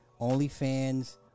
OnlyFans